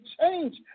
change